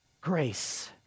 grace